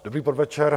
Dobrý podvečer.